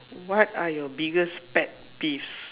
what are your biggest pet peeves